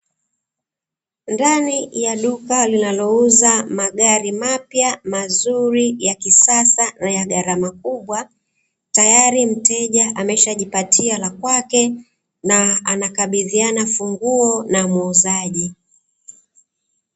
Ndani ya duka linalouza magari mapya, mazuri, ya kisasa na ya gharama kubwa. Tayari mteja ameshajipatia la kwake na anakabidhiana funguo na muuzaji.